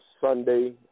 Sunday